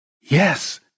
Yes